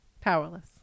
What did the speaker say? Powerless